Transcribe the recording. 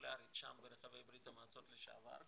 קונסולרית שם ברחבי ברית המועצות לשעבר,